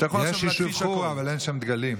יש יישוב חורה, אבל אין שם דגלים.